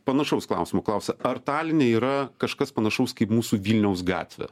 panašaus klausimo klausia ar taline yra kažkas panašaus kaip mūsų vilniaus gatvė